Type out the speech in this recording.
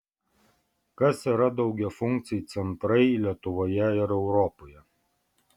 kas yra daugiafunkciai centrai lietuvoje ir europoje